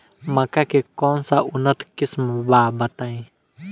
मक्का के कौन सा उन्नत किस्म बा बताई?